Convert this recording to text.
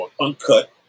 uncut